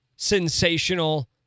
sensational